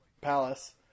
Palace